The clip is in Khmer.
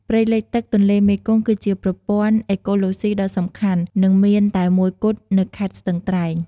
ព្រៃលិចទឹកទន្លេមេគង្គ គឺជាប្រព័ន្ធអេកូឡូស៊ីដ៏សំខាន់ និងមានតែមួយគត់នៅខេត្តស្ទឹងត្រែង។